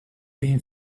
been